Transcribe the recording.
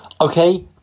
Okay